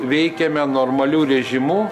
veikiame normaliu režimu